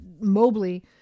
Mobley